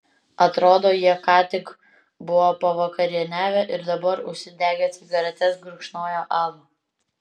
atrodo jie ką tik buvo pavakarieniavę ir dabar užsidegę cigaretes gurkšnojo alų